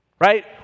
right